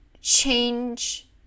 change